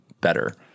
better